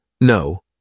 No